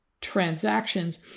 transactions